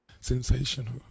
Sensational